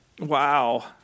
Wow